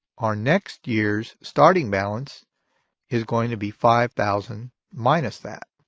our next year's starting balance is going to be five thousand minus that,